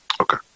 Okay